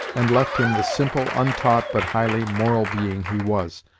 and left him the simple, untaught, but highly moral being he was,